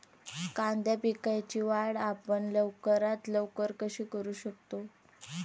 कांदा पिकाची वाढ आपण लवकरात लवकर कशी करू शकतो?